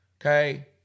okay